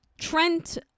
Trent